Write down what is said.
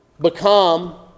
become